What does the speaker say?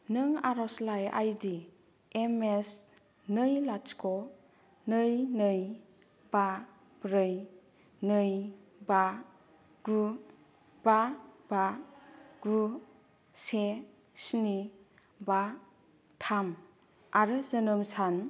नों आर'जलाइ आइडि एम एस नै लाथिख' नै नै बा ब्रै नै बा गु बा बा गु से स्नि बा थाम आरो जोनोम सान